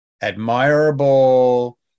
admirable